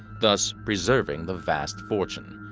thus preserving the vast fortune.